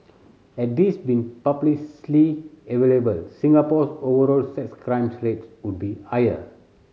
had these been publicly available Singapore's overall sex crime rate would be higher